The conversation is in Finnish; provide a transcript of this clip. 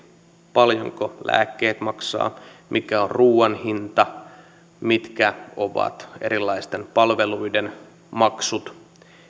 paljonko lääkkeet maksavat mikä on ruuan hinta mitkä ovat erilaisten palveluiden maksut